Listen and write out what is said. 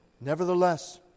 Nevertheless